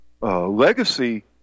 legacy